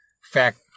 fact